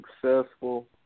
successful